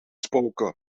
spoken